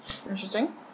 Interesting